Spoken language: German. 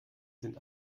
sind